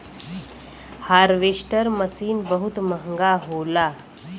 harvester machine बहुत महंगा होला